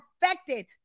perfected